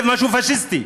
זה משהו פאשיסטי.